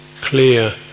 clear